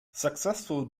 successful